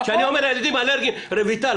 כשאני אומר ילדים אלרגיים רויטל,